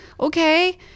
okay